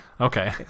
Okay